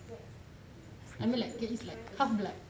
I mean like it's half blood